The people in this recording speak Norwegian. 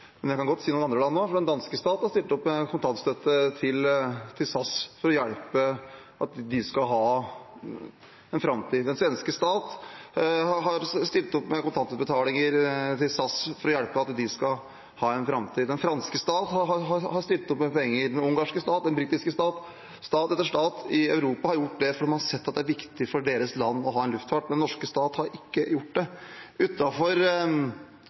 Men jeg kan godt si noe om andre land også. Den danske stat har stilt opp med kontantstøtte til SAS for å hjelpe til med at de skal ha en framtid. Den svenske stat har stilt opp med kontantutbetalinger til SAS for å hjelpe til med at de skal ha en framtid. Den franske stat har stilt opp med penger. Den ungarske stat, den britiske stat og stat etter stat i Europa har gjort det, for man har sett at det er viktig for deres land å ha en luftfart. Den norske stat har ikke gjort det.